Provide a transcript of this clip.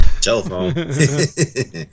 telephone